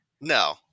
No